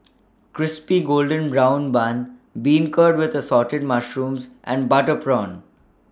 Crispy Golden Brown Bun Beancurd with The Assorted Mushrooms and Butter Prawn